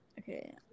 Okay